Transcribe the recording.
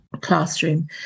classroom